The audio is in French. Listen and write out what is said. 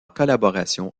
collaboration